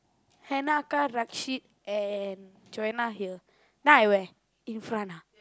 Hannah and Joanna here then I where in front ah